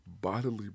bodily